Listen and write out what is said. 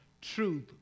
truth